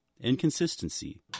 inconsistency